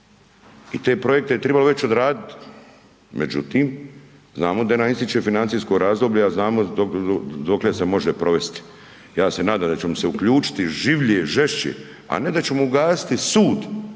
I te projekte je već trebalo odraditi, međutim, znamo da nam ističe financijsko razdoblje, a znamo dokle se može provesti. Ja se nadam da ćemo se uključiti življe i žešće, a ne da ćemo ugasiti sud